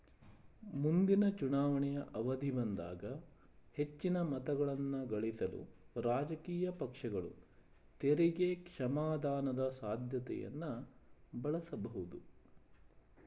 ಮುಂದಿನ ಚುನಾವಣೆಯ ಅವಧಿ ಬಂದಾಗ ಹೆಚ್ಚಿನ ಮತಗಳನ್ನಗಳಿಸಲು ರಾಜಕೀಯ ಪಕ್ಷಗಳು ತೆರಿಗೆ ಕ್ಷಮಾದಾನದ ಸಾಧ್ಯತೆಯನ್ನ ಬಳಸಬಹುದು